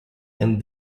and